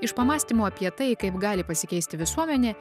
iš pamąstymų apie tai kaip gali pasikeisti visuomenė